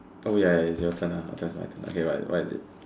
oh ya ya is your turn ah adjust my turn okay but what is it